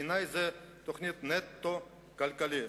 בעיני זו תוכנית נטו כלכלית,